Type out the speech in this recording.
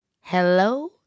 Hello